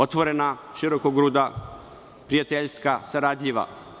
Otvorena, širokogruda, prijateljska, saradljiva.